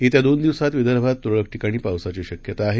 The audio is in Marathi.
येत्या दोन दिवसात विदर्भात तुरळक ठिकाणी पावसाची शक्यता आहे